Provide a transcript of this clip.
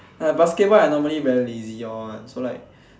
like basketball I normally very lazy all one